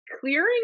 Clearing